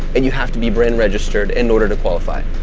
and you have to be brand registered in order to qualify,